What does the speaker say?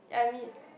I mean